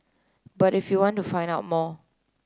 but if you want to find out more